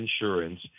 insurance